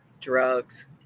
drugs